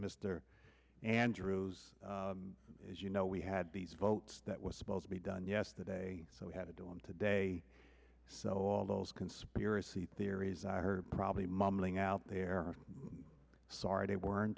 mr andrews is you know we had these votes that was supposed to be done yesterday so we had a deal on today so all those conspiracy theories i heard probably mumbling out there sorry they weren't